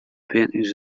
paintings